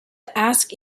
ask